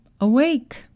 Awake